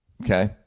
Okay